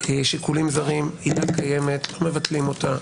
שיקולים זרים עילה קיימת, לא מבטלים אותה,